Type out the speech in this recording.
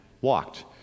walked